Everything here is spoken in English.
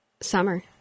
Summer